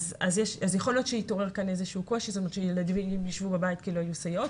להיות שיתעורר פה איזשהו קושי וילדים יישבו בבית כי לא יהיו סייעות,